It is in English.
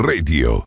Radio